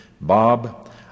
Bob